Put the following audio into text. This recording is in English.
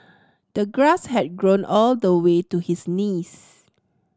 the grass had grown all the way to his knees